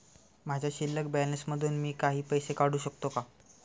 माझ्या शिल्लक बॅलन्स मधून मी काही पैसे काढू शकतो का?